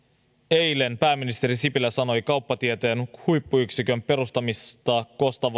eilen pääministeri sipilä sanoi kauppatieteen huippuyksikön perustamista